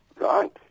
Right